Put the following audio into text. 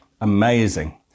amazing